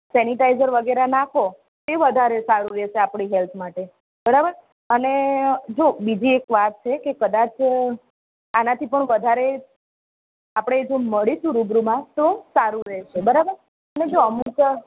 sanitiser વગેરે નાખો એ વધારે સારું રહેશે આપડી હેલ્થ માટે બરાબર અને જો બીજી એક વાત છે કે કદાચ આનાથી પણ વધારે આપણે જો મળીશું રૂબરૂમાં તો સારું રહેશે બરાબર એટલે જો અમૂક